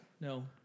No